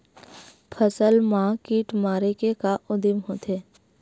फसल मा कीट मारे के का उदिम होथे?